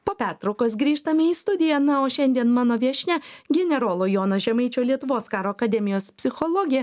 po pertraukos grįžtame į studiją na o šiandien mano viešnia generolo jono žemaičio lietuvos karo akademijos psichologė